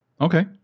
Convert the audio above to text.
Okay